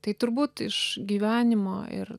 tai turbūt iš gyvenimo ir